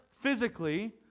physically